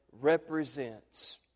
represents